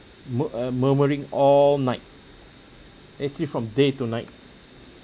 mu~ uh murmuring all night actually from day to night